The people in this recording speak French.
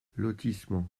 lotissement